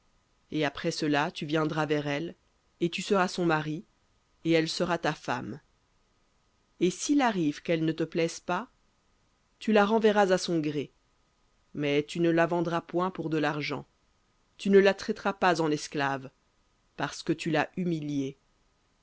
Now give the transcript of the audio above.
et après cela tu viendras vers elle et tu seras son mari et elle sera ta femme et s'il arrive qu'elle ne te plaise pas tu la renverras à son gré mais tu ne la vendras point pour de l'argent tu ne la traiteras pas en esclave parce que tu l'as humiliée